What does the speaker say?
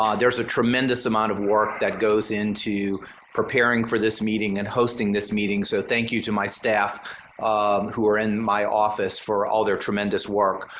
um there's a tremendous amount of work that goes into preparing for this meeting and hosting this meeting. so thank you to my staff who are in my office for all their tremendous work.